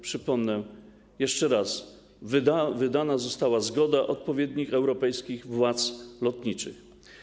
Przypomnę jeszcze raz: wydana została zgoda odpowiednich europejskich władz lotniczych.